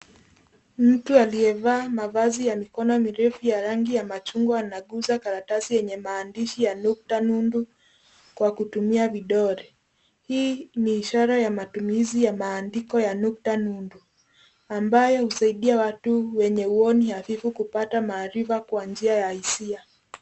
Mtu aliyevaa mavazi ya mikono mirefu ya rangi ya machungwa anaguza karatasi yenye maandishi yenye nukta nundu kwa kutumia vidole. Hii ni ishara ya matumizi ya maandiko ya nukta nundu ambaye husaidia watu wenye huoni hafifu kupata maarifa kwa njia ya hisia.